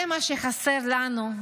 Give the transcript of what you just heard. זה מה שחסר לנו,